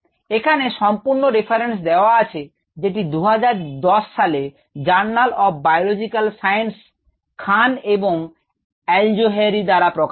এখানে সম্পূর্ণ রেফারেন্স দেওয়া আছে যেটি 2010 সালে journal of biological science Khan এবং Alzohairy দ্বারা প্রকাশিত